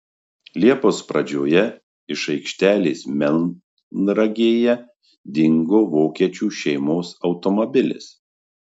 liepos pradžioje iš aikštelės melnragėje dingo vokiečių šeimos automobilis